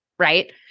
Right